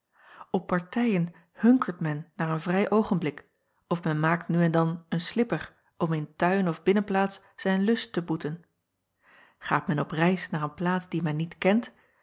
p partijen hunkert men naar een vrij oogenblik of men maakt nu en dan een slipper om in tuin of binnenplaats zijn lust te boeten aat men op reis naar een plaats die men niet kent